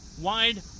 wide